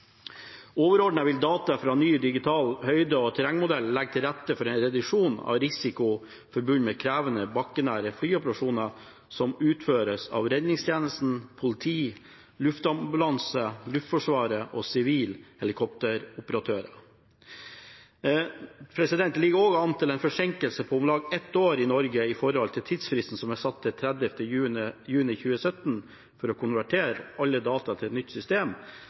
vil data fra ny digital høyde- og terrengmodell legge til rette for en reduksjon av risiko forbundet med krevende bakkenære flyoperasjoner som utføres av redningstjenesten, politi, luftambulanse, Luftforsvaret og sivile helikopteroperatører. Det ligger an til en forsinkelse på om lag ett år i Norge i forhold til tidsfristen – som er satt til 30. juni 2017 – for å konvertere alle data til et nytt system.